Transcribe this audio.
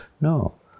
no